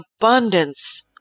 abundance